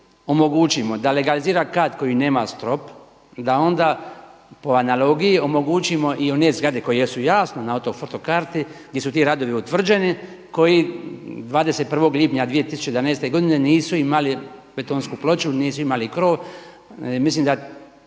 omogućimo da legalizira kat koji nema strop da onda po analogiji omogućimo i one zgrade koje jesu jasno na ortofoto karti gdje su ti radovi utvrđeni koji 21. lipnja 2011. godine nisu imali betonsku ploču, nisu imali krov. Mislim da